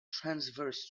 transverse